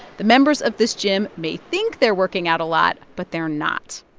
the members of this gym may think they're working out a lot, but they're not.